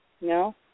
No